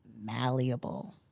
malleable